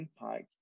impact